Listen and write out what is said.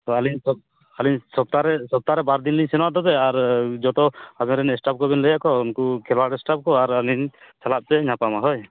ᱛᱚ ᱟᱹᱞᱤᱧ ᱟᱹᱞᱤᱧ ᱥᱚᱯᱛᱟ ᱦᱚᱨᱮ ᱥᱚᱯᱛᱟᱦᱚᱨᱮ ᱵᱟᱨᱫᱤᱱ ᱞᱤᱧ ᱥᱮᱱᱚᱜᱼᱟ ᱛᱚᱵᱮ ᱟᱨ ᱡᱚᱛᱚ ᱟᱵᱮᱱ ᱨᱮᱱ ᱮᱥᱴᱟᱵ ᱠᱚᱵᱮᱱ ᱞᱟᱹᱭᱟᱠᱚᱣᱟ ᱩᱱᱠᱩ ᱠᱷᱮᱞᱣᱟᱲ ᱮᱥᱴᱟᱯ ᱠᱚ ᱟᱨ ᱟᱹᱞᱤᱧ ᱪᱟᱞᱟᱜ ᱛᱮ ᱧᱟᱯᱟᱢᱟ ᱦᱳᱭ